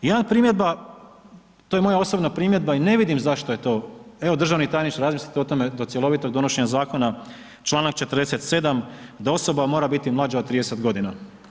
Jedna primjedba, to je moja osobna primjedba i ne vidim zašto je to, evo, državni tajniče, razmislite o tome do cjelovitog donošenja zakona, čl. 47. da osoba mora biti mlađa od 30 godina.